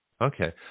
Okay